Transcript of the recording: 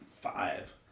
five